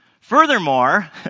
Furthermore